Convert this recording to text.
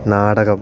നാടകം